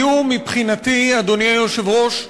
היו מבחינתי, אדוני היושב-ראש,